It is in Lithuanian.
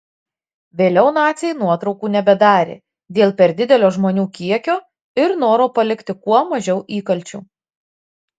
vėliau naciai nuotraukų nebedarė dėl per didelio žmonių kiekio ir noro palikti kuo mažiau įkalčių